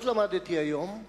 זאת למדתי היום,